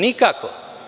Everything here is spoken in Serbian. Nikako.